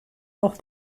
auch